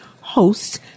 host